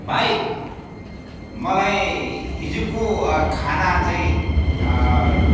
भाइ मलाई हिजोको खाना चाहिँ